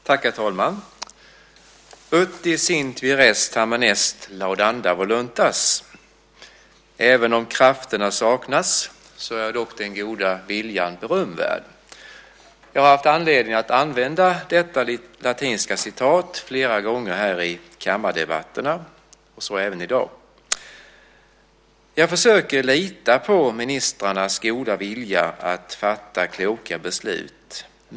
Herr talman! Ut desint vires tamen est laudanda voluntas - även om krafterna saknas är dock den goda viljan berömvärd. Jag har haft anledning att använda detta latinska citat flera gånger här i kammardebatterna. Så även i dag. Jag försöker att lita på ministrarnas goda vilja att fatta kloka beslut.